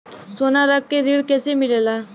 सोना रख के ऋण कैसे मिलेला?